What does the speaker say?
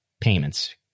payments